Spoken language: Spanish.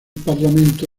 parlamento